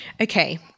Okay